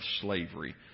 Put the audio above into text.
slavery